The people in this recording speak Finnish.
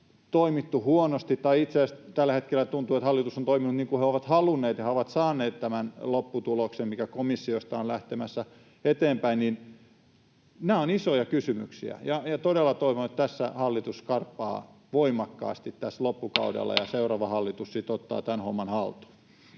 toimittu huonosti, tai itse asiassa tällä hetkellä tuntuu, että hallitus on toiminut niin kuin he ovat halunneet ja he ovat saaneet tämän lopputuloksen, mikä komissiosta on lähtemässä eteenpäin, niin nämä ovat isoja kysymyksiä, ja todella toivon, että tässä hallitus skarppaa voimakkaasti loppukaudella ja seuraava hallitus sitten ottaa tämän homman haltuun.